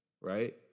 right